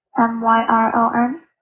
M-Y-R-O-N